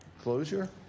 closure